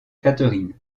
catherine